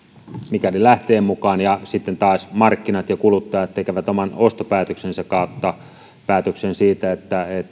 mikäli lähtee mukaan ja sitten taas markkinat ja kuluttajat tekevät oman ostopäätöksensä kautta päätöksen siitä